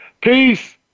Peace